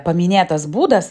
paminėtas būdas